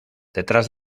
detrás